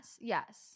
yes